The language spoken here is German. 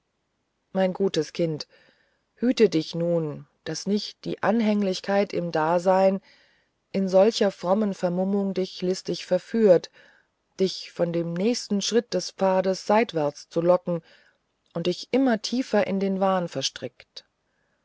mein gutes kind hüte du dich nun daß nicht die anhänglichkeit am dasein in solcher frommen vermummung dich listig verführt dich von dem nächsten schritt des pfades seitwärts lockt und dich immer tiefer in den wahn verstrickt